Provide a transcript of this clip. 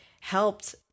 helped